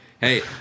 hey